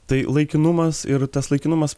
tai laikinumas ir tas laikinumas